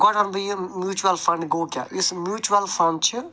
گۄڈٕ وَنہٕ بہٕ یہِ میوٗچول فنٛڈ گوٚو کیٛاہ یُس میوٗچول فنٛڈ چھِ